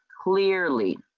clearly